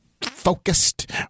focused